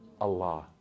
Allah